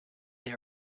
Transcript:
they